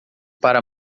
para